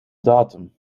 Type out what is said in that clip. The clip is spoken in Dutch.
datum